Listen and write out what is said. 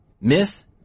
Myth